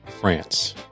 France